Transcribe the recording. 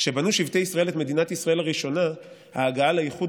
כשבנו שבטי ישראל את מדינת ישראל הראשונה ההגעה לאיחוד